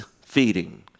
feeding